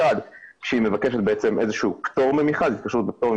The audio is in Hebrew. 1. כשהיא מבקשת התקשרות בפטור ממכרז,